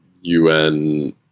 UN